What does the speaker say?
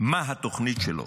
מה התוכנית שלו,